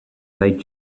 paid